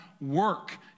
work